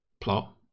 plot